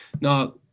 Now